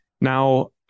Now